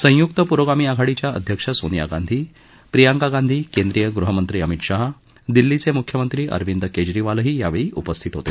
संयुक्त पुरोगामी आघाडीच्या अध्यक्ष सोनिया गांधी प्रियंका गांधी केंद्रिय गृहमंत्री अमित शहा दिल्लीचे मुख्यमंत्री अरविंद केजरीवालही यावेळी उपस्थित होते